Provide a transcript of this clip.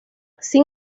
sin